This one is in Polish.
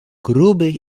grubych